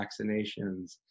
vaccinations